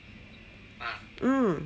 mm